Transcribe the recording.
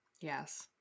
Yes